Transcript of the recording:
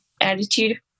attitude